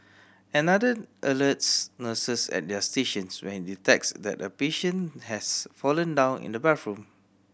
another alerts nurses at their stations when it detects that a patient has fallen down in the bathroom